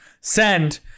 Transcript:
Send